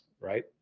right